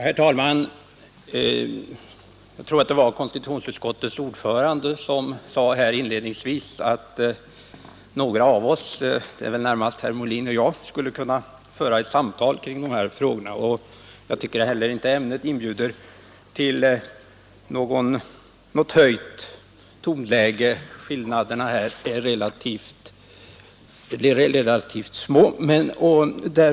Herr talman! Jag tror att det var konstitutionsutskottets ordförande som sade här inledningsvis att några av oss — det var väl närmast herr Molin och jag — skulle kunna föra ett samtal kring de här frågorna. Jag tror inte heller att ämnet inbjuder till något höjt tonläge. Skillnaderna är relativt små.